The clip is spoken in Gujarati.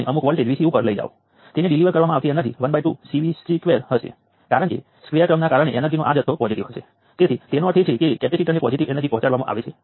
તેથી આ કિસ્સામાં કરંટ સોર્સ આ 5 મિલી વોટ ડિલિવરી કરી રહ્યું છે અથવા માઈનસ 5 મિલ વોટ્સનું નિરીક્ષણ કરી રહ્યું છે અને રઝિસ્ટર 5 મિલી વોટ્સનું અવલોકન કરી રહ્યું છે